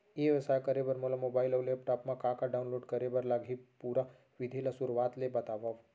ई व्यवसाय करे बर मोला मोबाइल अऊ लैपटॉप मा का का डाऊनलोड करे बर लागही, पुरा विधि ला शुरुआत ले बतावव?